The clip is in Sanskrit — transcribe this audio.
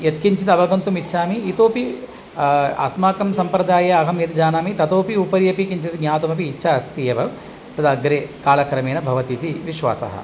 यत्किञ्चित् अवगन्तुम् इच्छामि इतोऽपि अस्माकं सम्प्रदाये अहं यद् जानामि ततोऽपि उपरि अपि किञ्चित् ज्ञातुमपि इच्छा अस्ति एव तद् अग्रे कालक्रमेण भवति इति विश्वासः